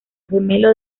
gemelo